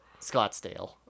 Scottsdale